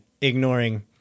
ignoring